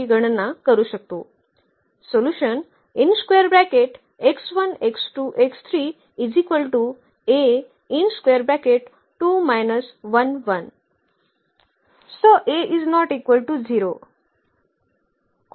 असल्यामुळे आपण मध्ये आणि ची गणना करू शकतो